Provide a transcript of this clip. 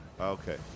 Okay